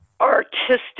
artistic